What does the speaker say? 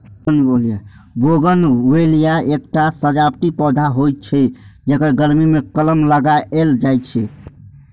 bougainvillea एकटा सजावटी पौधा होइ छै, जेकर गर्मी मे कलम लगाएल जाइ छै